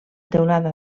teulada